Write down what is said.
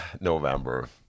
November